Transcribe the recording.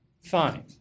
fine